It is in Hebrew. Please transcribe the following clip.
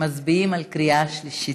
מצביעים בקריאה שלישית.